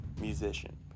musician